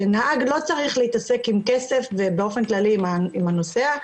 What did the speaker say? שנהג לא צריך להתעסק עם כסף ובאופן כללי עם הנוסע,